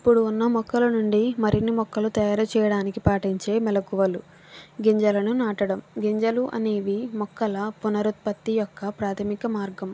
ఇప్పుడు ఉన్న మొక్కల నుండి మరిన్ని మొక్కలు తయారు చేయడానికి పాటించే మెలకువలు గింజలను నాటడం గింజలు అనేవి మొక్కల పునరుత్పత్తి యొక్క ప్రాథమిక మార్గం